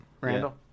Randall